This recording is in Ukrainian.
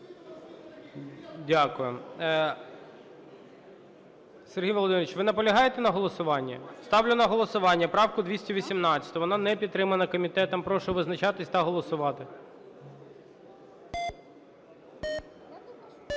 Дякую. Сергій Володимирович, ви наполягаєте на голосуванні? Ставлю на голосування правку 218, вона не підтримана комітетом. Прошу визначатись та голосувати.